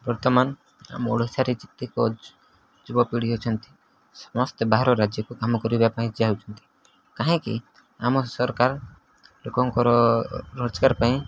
ବର୍ତ୍ତମାନ ଆମ ଓଡ଼ିଶାରେ ଯେତିକ ଯୁବପିଢ଼ି ଅଛନ୍ତି ସମସ୍ତେ ବାହାର ରାଜ୍ୟକୁ କାମ କରିବା ପାଇଁ ଚାହୁଁଛନ୍ତି କାହିଁକି ଆମ ସରକାର ଲୋକଙ୍କର ରୋଜଗାର ପାଇଁ